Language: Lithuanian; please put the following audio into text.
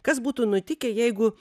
kas būtų nutikę jeigu